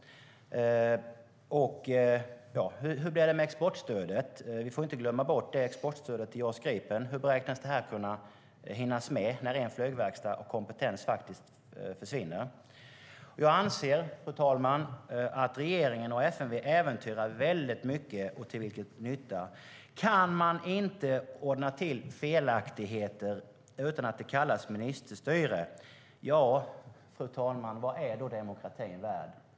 Hur blir det med exportstödet? Vi får inte glömma bort exportstödet till JAS Gripen. Hur beräknas det här kunna hinnas med när en flygverkstad och kompetens faktiskt försvinner? Jag anser, fru talman, att regeringen och FMV äventyrar väldigt mycket. Till vilken nytta? Om man inte kan ordna till felaktigheter utan att det kallas ministerstyre undrar jag, fru talman, vad demokratin är värd.